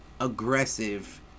aggressive